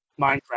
minecraft